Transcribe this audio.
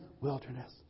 wilderness